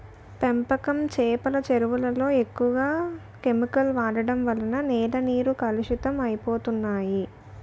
పెంపకం చేపల చెరువులలో ఎక్కువ కెమికల్ వాడడం వలన నేల నీరు కలుషితం అయిపోతన్నాయి